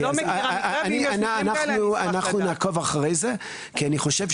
אני יכולה לומר באחריות שאם הצלחנו